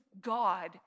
God